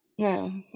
No